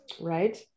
Right